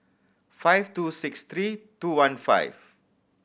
five two six three two one five